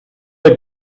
had